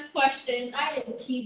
questions